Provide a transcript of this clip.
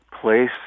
place